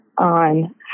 on